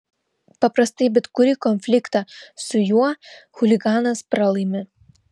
paprastai bet kurį konfliktą su juo chuliganas pralaimi